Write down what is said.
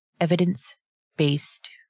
Evidence-Based